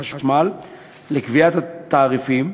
חשמל לקביעת התעריפים,